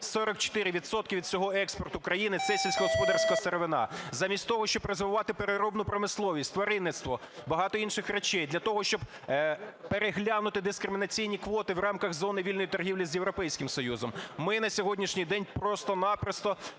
від всього експорту країни – це сільськогосподарська сировинна. Замість того, щоб розвивати переробну промисловість, тваринництво, багато інших речей, для того, щоб переглянути дискримінаційні квоти в рамках зони вільної торгівлі з Європейським Союзом, ми на сьогоднішній день просто-напросто